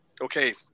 okay